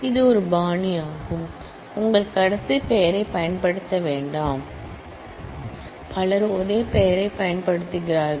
இது ஒரு ஸ்டைல் உங்கள் கடைசி பெயரைப் பயன்படுத்த வேண்டாம் பலர் ஒரே பெயரைப் பயன்படுத்துகிறார்கள்